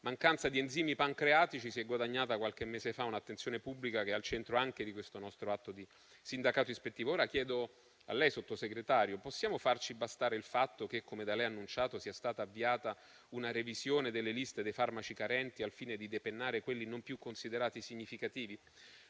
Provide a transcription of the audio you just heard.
mancanza di enzimi pancreatici qualche mese fa si è guadagnata un'attenzione pubblica che è al centro anche di questo nostro atto di sindacato ispettivo. Ora lo chiedo lei, signor Sottosegretario: possiamo farci bastare il fatto che, come da lei annunciato, sia stata avviata una revisione delle liste dei farmaci carenti al fine di depennare quelli non più considerati significativi?